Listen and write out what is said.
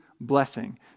blessing